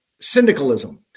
syndicalism